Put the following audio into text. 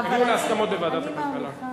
תגיעו להסכמות בוועדת הכלכלה.